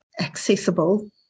accessible